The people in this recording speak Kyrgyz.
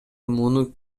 муну